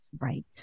Right